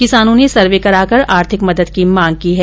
किसानों ने सर्वे कराके आर्थिक मदद की मांग की है